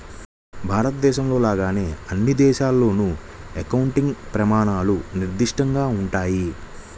భారతదేశంలో లాగానే అన్ని దేశాల్లోనూ అకౌంటింగ్ ప్రమాణాలు నిర్దిష్టంగా ఉంటాయి